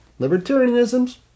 Libertarianism's